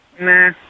Nah